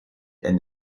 and